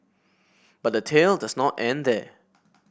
but the tail does not end there